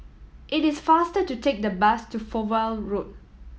it is faster to take the bus to Fowlie Road